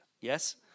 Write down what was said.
Yes